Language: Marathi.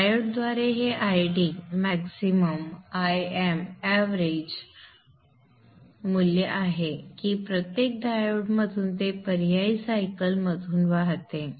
डायोडद्वारे हे Id मॅक्सिमम Im एवरेज मूल्य आहे की प्रत्येक डायोडमधून ते पर्यायी सायकल मधून वाहते